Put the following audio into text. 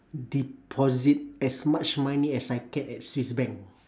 deposit as much money as I can at swiss bank